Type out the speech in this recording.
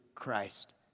Christ